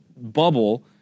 bubble